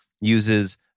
uses